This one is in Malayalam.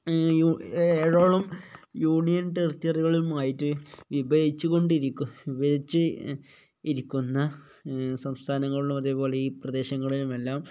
ഏഴോളം യൂണിയൻ ടെെറിറ്ററികളുമായിട്ട് വിഭജിച്ച് കൊണ്ടിരിക്കുന്ന വിഭജിച്ച് ഇരിക്കുന്ന സംസ്ഥാനങ്ങളിലും അതേപോലെ ഈ പ്രദേശങ്ങളിലും എല്ലാം